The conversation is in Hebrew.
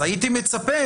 אז הייתי מצפה,